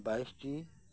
ᱵᱟᱭᱤᱥ ᱴᱤ